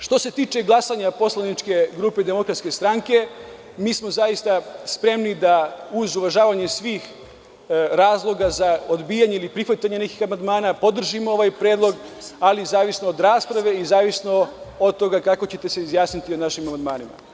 Što se tiče glasanja poslaničke grupe DS, zaista smo spremni da, uz uvažavanje svih razloga za odbijanje ili prihvatanje amandmana, podržimo ovaj predlog, ali zavisno od rasprave i zavisno od toga kako ćete se izjasniti o našim amandmanima.